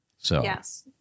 Yes